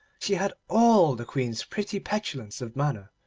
she had all the queen's pretty petulance of manner,